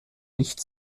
nichts